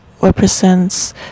represents